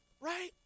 Right